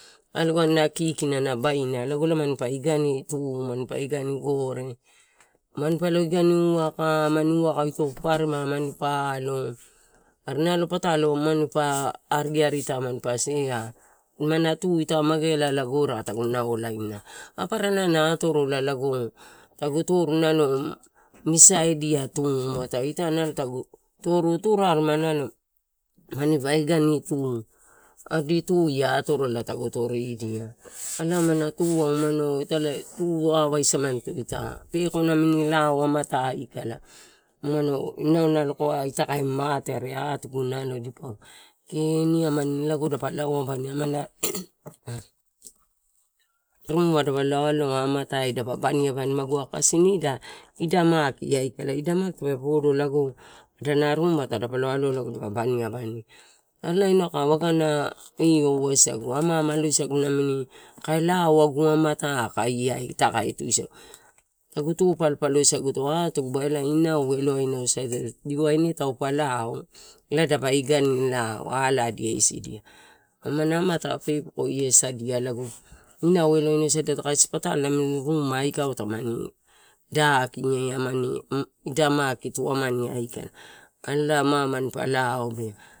Alogani na kikina na baina lago elae manipa idain tu, manipa idain gore, manipalo idain uwaka, amani uwaka ito paparemai mani alo, are nalo patalo manipa ariarita manipa sea, amana tu ita magealala gore aika tagu naolaina paparala elaena atorola lago toru nalo misaedia tu. Muatai ita nalo tagu toru turarema manipa idain tu, adi tu ia atorola tagu toridia elae amana tu umano italae tuavasamanito ita, peko namini lao amatai aikala, umano inau naio kaua ita kae mate, are atugu nalo dipaua kee niamani lago dapa lau a abani amana ruma dapaio aloa amata i, dapa baniabani amatai, kasi nida ida maki aikala, ida maki tape podo lago adana ruma dapalo aioa lago dapa baniabani elae inau kae uagana amaama loisagu nami kae lao agu amatai aka iai ita kai tusagu, tagu tu palopalosaguto atuguba elae inau eloainau sadiato, dia ine taupe lao elae dapa ida in lao, aladia isidia amana amata pepekoiasadia lago inau leloainau sagiato. Kasi patalo namin ruma aikava tamani daki amani ida maki tuamaniai aikula alolai ma manipa laobea.